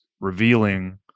revealing